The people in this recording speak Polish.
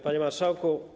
Panie Marszałku!